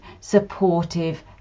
supportive